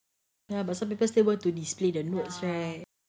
ya but some people still want to display the notes right